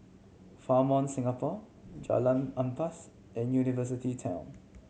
Fairmont Singapore Jalan Ampas and University Town